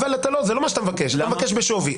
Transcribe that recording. לא, אתה מבקש בשווי.